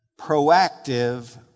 proactive